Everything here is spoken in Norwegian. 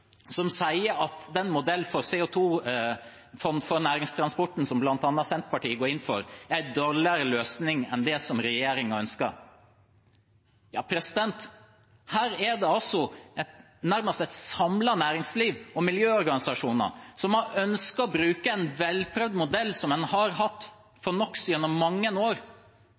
som sier at den modellen for næringstransporten som bl.a. Senterpartiet går inn for, er en dårligere løsning enn den som regjeringen ønsker: Et nærmest samlet næringsliv og miljøorganisasjoner har ønsket å bruke en velprøvd modell som en har hatt for NOx gjennom mange år,